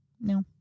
No